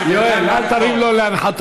אבל המחנה